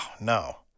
no